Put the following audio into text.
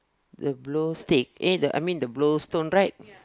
the blue stick eh the I mean the blue stone right